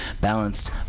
balanced